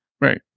Right